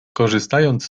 korzystając